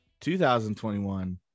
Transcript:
2021